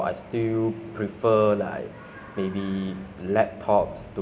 do certain like programmings or whatever things